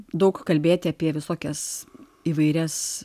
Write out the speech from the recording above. daug kalbėti apie visokias įvairias